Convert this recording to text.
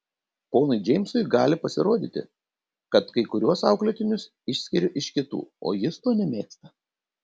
ponui džeimsui gali pasirodyti kad kai kuriuos auklėtinius išskiriu iš kitų o jis to nemėgsta